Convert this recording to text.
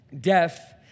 death